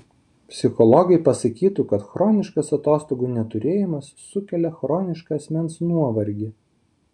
psichologai pasakytų kad chroniškas atostogų neturėjimas sukelia chronišką asmens nuovargį